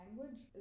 language